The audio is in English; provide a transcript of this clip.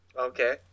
Okay